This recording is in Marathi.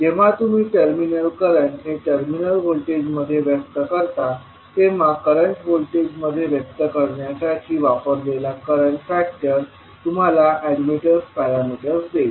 जेव्हा तुम्ही टर्मिनल करंट हे टर्मिनल व्होल्टेज मध्ये व्यक्त करता तेव्हा करंट व्होल्टेज मध्ये व्यक्त करण्यासाठी वापरलेला करंट फॅक्टर तुम्हाला अॅडमिटन्स पॅरामीटर्स देईल